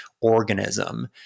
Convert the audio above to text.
organism